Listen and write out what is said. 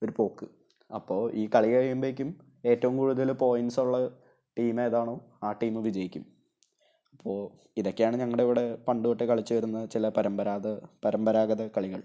ഒരു പോക്ക് അപ്പോള് ഈ കളി കഴിയുമ്പോഴേക്കും ഏറ്റവും കൂടുതൽ പോയിൻറ്റ്സ്ള്ള ടീമേതാണോ ആ ടീം വിജയിക്കും അപ്പോള് ഇതൊക്കെയാണ് ഞങ്ങളുടെ ഇവിടെ പണ്ടു തൊട്ടേ കളിച്ചുവരുന്ന ചില പരമ്പരാഗത കളികൾ